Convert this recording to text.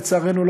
לצערנו,